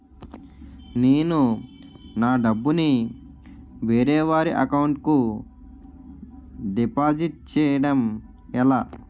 నేను నా డబ్బు ని వేరే వారి అకౌంట్ కు డిపాజిట్చే యడం ఎలా?